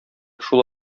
шул